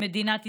מדינת ישראל.